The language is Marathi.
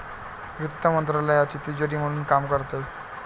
वित्त मंत्रालयाची तिजोरी म्हणून काम करते